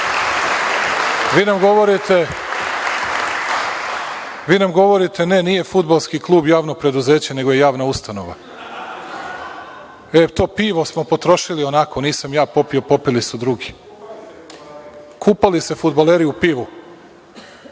nam govorite – ne, nije fudbalski klub javno preduzeće, nego je javna ustanova. To pivo smo potrošili onako. Nisam ja popio, popili su drugi. Kupali se fudbaleri u